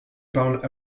parlent